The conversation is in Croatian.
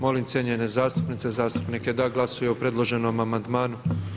Molim cijenjene zastupnice, zastupnike da glasuju o predloženom amandmanu.